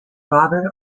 robert